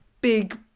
big